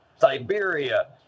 Siberia